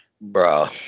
bro